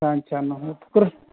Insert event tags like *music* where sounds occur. *unintelligible*